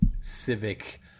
civic